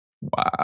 Wow